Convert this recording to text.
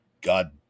god